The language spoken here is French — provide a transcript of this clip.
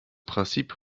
principe